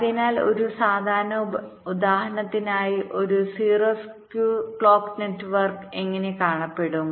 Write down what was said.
അതിനാൽ ഒരു സാധാരണ ഉദാഹരണത്തിനായി ഒരു 0 സ്കൂ ക്ലോക്ക് നെറ്റ്വർക്ക് എങ്ങനെ കാണപ്പെടും